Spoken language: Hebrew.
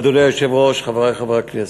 אדוני היושב-ראש, חברי חברי הכנסת,